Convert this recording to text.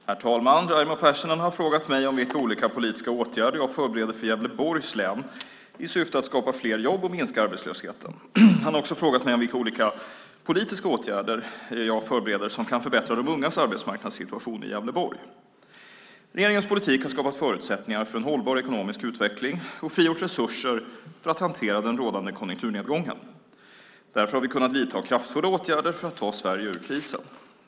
Herr talman! Raimo Pärssinen har frågat mig om vilka olika politiska åtgärder jag förbereder för Gävleborgs län i syfte att skapa fler jobb och minska arbetslösheten. Han har också frågat mig om vilka olika politiska åtgärder jag förbereder som kan förbättra de ungas arbetsmarknadssituation i Gävleborg. Regeringens politik har skapat förutsättningar för en hållbar ekonomisk utveckling och frigjort resurser för att hantera den rådande konjunkturnedgången. Därför har vi kunnat vidta kraftfulla åtgärder för att ta Sverige ur krisen.